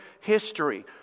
history